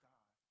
God